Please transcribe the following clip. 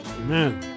Amen